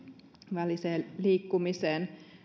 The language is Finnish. väliseen liikkumiseen on tietysti vain osaratkaisu siihen